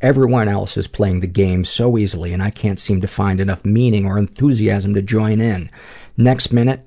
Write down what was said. everyone else is playing the game so easily and i can't seem to find enough meaning or enthusiasm to join in. the next minute